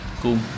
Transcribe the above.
cool